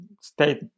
state